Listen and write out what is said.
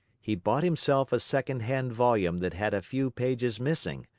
he bought himself a secondhand volume that had a few pages missing,